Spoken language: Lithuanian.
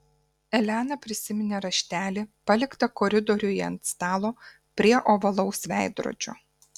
elena prisiminė raštelį paliktą koridoriuje ant stalo prie ovalaus veidrodžio